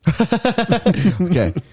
Okay